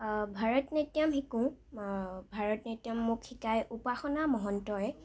ভাৰত নাট্যম শিকোঁ ভাৰত নাট্যম মোক শিকাই উপাসনা মহন্তই